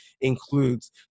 includes